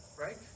right